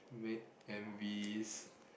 make M_Vs